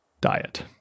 diet